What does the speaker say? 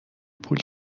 پول